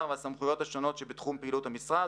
והסמכויות השונות שבתחום פעילות המשרד,